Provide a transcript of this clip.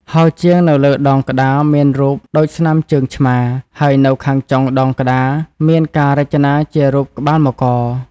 ហោជាង នៅលើដងក្តារមានរូបដូចស្នាមជើងឆ្មា ហើយនៅខាងចុងដងក្តារ មានការរចនាជារូបក្បាលមករ ។